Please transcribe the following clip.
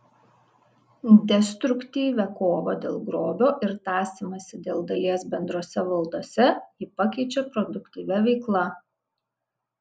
destruktyvią kovą dėl grobio ir tąsymąsi dėl dalies bendrose valdose ji pakeičia produktyvia veikla